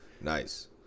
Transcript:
Nice